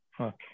Okay